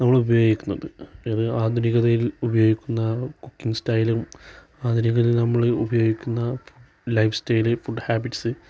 നമ്മള് ഉപയോഗിക്കുന്നത് ഏത് ആധുനികതയിൽ ഉപയോഗിക്കുന്ന കുക്കിംഗ് സ്റ്റൈലും ആധുനികതയിൽ നമ്മള് ഉപയോഗിക്കുന്ന ലൈഫ് സ്റ്റൈല് ഫുഡ് ഹാബിറ്റ്സ്